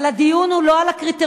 אבל הדיון הוא לא על הקריטריונים.